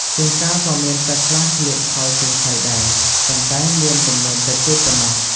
ជួនកាលក៏មានសិស្សខ្លះស្លៀកខោជើងខ្លីដែរ ប៉ុន្តែមានចំនួនតិចតួចប៉ុណ្ណោះ។